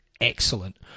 excellent